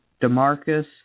Demarcus